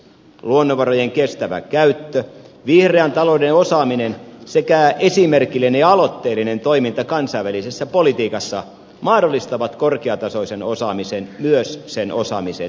luonnonvarojen kestävä käyttö vihreän talouden osaaminen sekä esimerkillinen ja aloitteellinen toiminta kansainvälisessä politiikassa mahdollistavat korkeatasoisen osaamisen myös sen osaamisen viennin